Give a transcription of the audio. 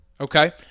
Okay